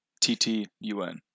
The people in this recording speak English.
T-T-U-N